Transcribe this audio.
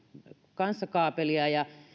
kanssa kaapelia